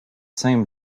same